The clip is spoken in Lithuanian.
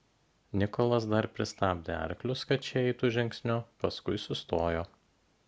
nikolas dar pristabdė arklius kad šie eitų žingsniu paskui sustojo